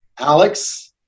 Alex